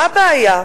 מה הבעיה?